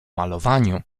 malowaniu